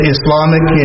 Islamic